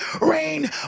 rain